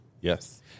Yes